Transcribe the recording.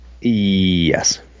Yes